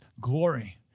glory